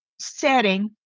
setting